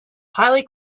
highly